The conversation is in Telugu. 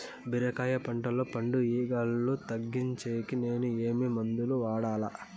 బీరకాయ పంటల్లో పండు ఈగలు తగ్గించేకి నేను ఏమి మందులు వాడాలా?